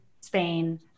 Spain